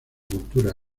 cultura